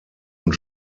und